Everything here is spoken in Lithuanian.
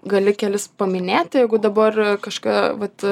gali kelis paminėti jeigu dabar kažką vat